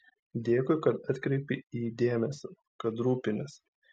dėkui kad atkreipei į jį dėmesį kad rūpiniesi